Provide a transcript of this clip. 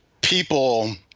People